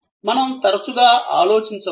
మనం తరచుగా ఆలోచించము